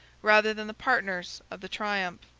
rather than the partners, of the triumph.